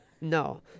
No